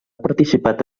participat